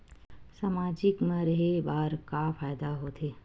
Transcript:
सामाजिक मा रहे बार का फ़ायदा होथे?